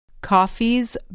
Coffee's